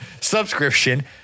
subscription